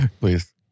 Please